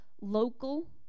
local